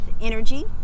energy